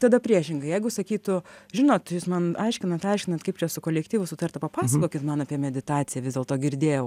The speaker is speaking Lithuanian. tada priešingai jeigu sakytų žinot jūs man aiškinat aiškinant kaip čia su kolektyvu sutart papasakokit man apie meditaciją vis dėlto girdėjau